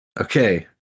Okay